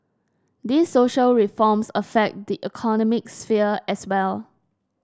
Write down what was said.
these social reforms affect the economic sphere as well